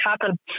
happen